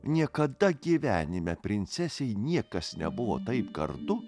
niekada gyvenime princesei niekas nebuvo taip gardu